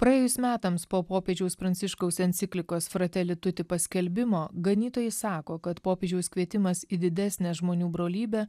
praėjus metams po popiežiaus pranciškaus enciklikos frateli tuti paskelbimo ganytojai sako kad popiežiaus kvietimas į didesnę žmonių brolybę